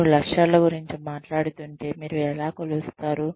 మీరు లక్ష్యాల గురించి మాట్లాడుతుంటే మీరు ఎలా కొలుస్తారు